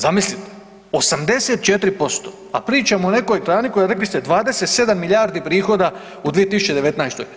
Zamislite, 84%, a pričamo o nekoj grani koja je rekli ste, 27 milijardi prihoda u 2019.